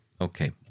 Okay